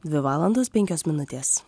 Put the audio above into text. dvi valandos penkios minutės